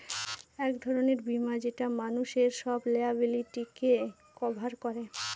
এক ধরনের বীমা যেটা মানুষের সব লায়াবিলিটিকে কভার করে